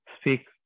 speak